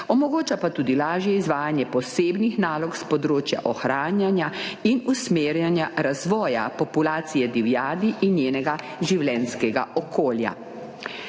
omogoča pa tudi lažje izvajanje posebnih nalog s področja ohranjanja in usmerjanja razvoja populacije divjadi in njenega življenjskega okolja.